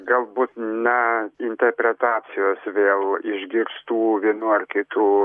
galbūt na interpretacijos vėl išgirstų vienų ar kitų